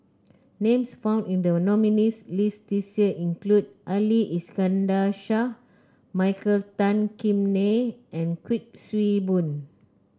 names found in the nominees' list this year include Ali Iskandar Shah Michael Tan Kim Nei and Kuik Swee Boon